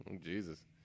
Jesus